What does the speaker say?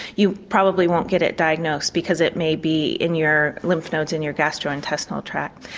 you probably won't get it diagnosed because it may be in your lymph nodes in your gastro intestinal tract.